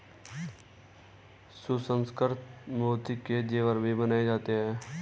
सुसंस्कृत मोती के जेवर भी बनाए जाते हैं